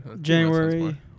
january